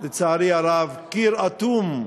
לצערי הרב, קיר אטום.